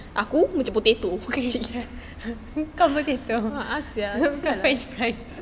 kau potato bukan french fries